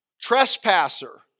trespasser